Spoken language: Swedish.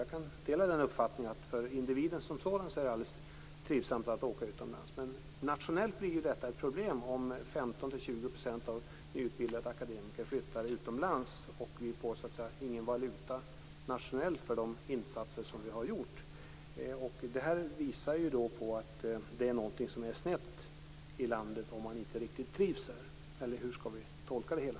Jag kan dela uppfattningen att det är trivsamt för individen som sådan att åka utomlands. Nationellt blir det dock ett problem om 15-20 % av de nyutbildade akademikerna flyttar utomlands och vi inte får någon valuta nationellt för de insatser som vi har gjort. Det här visar ju på att det är någonting som är snett i landet om man inte riktigt trivs där. Eller hur skall vi tolka det hela?